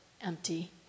empty